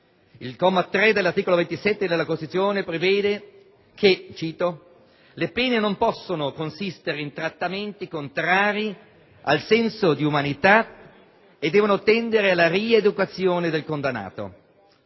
comma, dell'articolo 27 della Costituzione prevede che «le pene non possono consistere in trattamenti contrari al senso di umanità e devono tendere alla rieducazione del condannato».